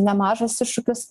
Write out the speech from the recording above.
nemažas iššūkis